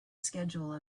schedule